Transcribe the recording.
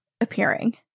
appearing